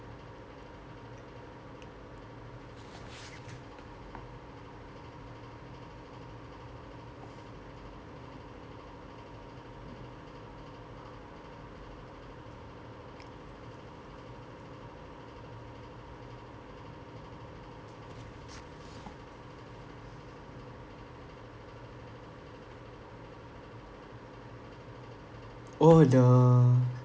oh the